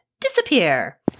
Disappear